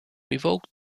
revoked